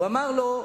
הוא אמר לו: